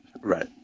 Right